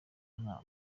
nka